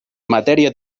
matèria